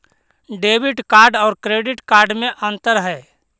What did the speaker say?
Debit card और credit card में अन्तर है?